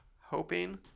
hoping